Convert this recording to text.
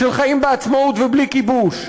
של חיים בעצמאות ובלי כיבוש,